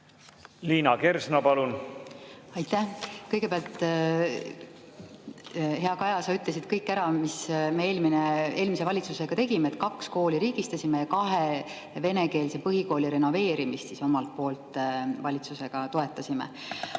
Liina Kersna, palun! Aitäh! Kõigepealt, hea Kaja, sa ütlesid kõik ära, mis me eelmise valitsusega tegime: kaks kooli riigistasime ja kahe venekeelse põhikooli renoveerimist toetasime valitsuse poolt.